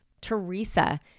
Teresa